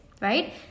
right